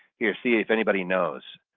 here see if anybody knows